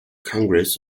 congress